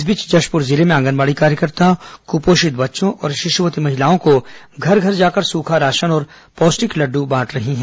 इस बीच जशपुर जिले में आंगनबाड़ी कार्यकर्ता क्रपोषित बच्चों और शिशुवती महिलाओं को घर घर जाकर सुखा राशन तथा पौष्टिक लड़डू बांट रही हैं